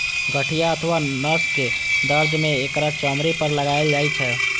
गठिया अथवा नसक दर्द मे एकरा चमड़ी पर लगाएल जाइ छै